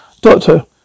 Doctor